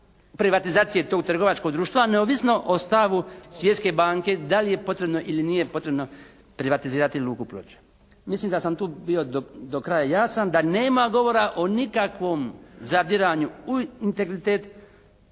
privatizacije tog trgovačkog društva neovisno o stavu Svjetske banke da li je potrebno ili nije potrebno privatizirati luku Ploče. Mislim da sam tu bio do kraja jasan da nema govora o nikakvom zadiranju u integritet